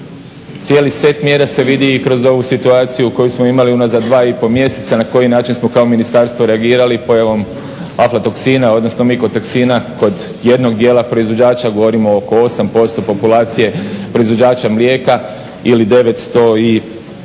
Cijeli set mjera se vidi i kroz ovu situaciju koju smo imali unazad dva i pol mjeseca, na koji način smo kao ministarstvo reagirali pojavom aflatoksina, odnosno mikotoksina kod jednog dijela proizvođača, govorimo oko 8% populacije proizvođača mlijeka ili 923